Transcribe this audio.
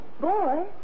boy